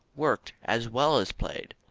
worked as well as played.